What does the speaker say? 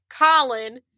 Colin